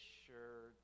sure